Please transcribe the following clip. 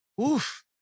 Oof